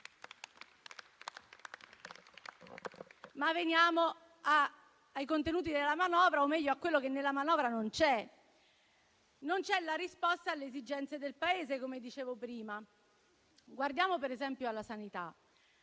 Veniamo ai contenuti della manovra o meglio a quello che nella manovra non c'è. Non c'è la risposta alle esigenze del Paese, come dicevo prima. Guardiamo per esempio alla sanità.